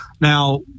Now